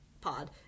Pod